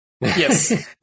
Yes